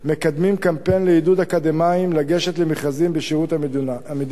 מקדמת קמפיין לעידוד אקדמאים לגשת למכרזים בשירות המדינה.